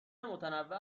متنوع